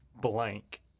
blank